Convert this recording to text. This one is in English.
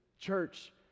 church